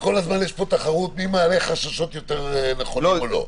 וכל הזמן יש פה תחרות מי מעלה חששות נכונים יותר או לא.